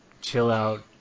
chill-out